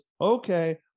okay